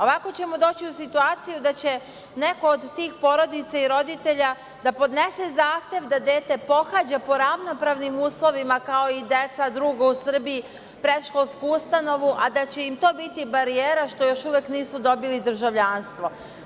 Ovako ćemo doći u situaciju da će neko od tih porodica i roditelja da podnese zahtev da dete pohađa po ravnopravnim uslovima kao i druga deca u Srbiji predškolsku ustanovu, a da će im to biti barijera što još uvek nisu dobili državljanstvo.